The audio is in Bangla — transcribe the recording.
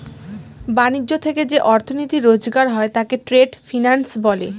ব্যাণিজ্য থেকে যে অর্থনীতি রোজগার হয় তাকে ট্রেড ফিন্যান্স বলে